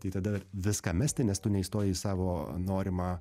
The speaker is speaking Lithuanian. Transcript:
tai tada viską mesti nes tu neįstojai į savo norimą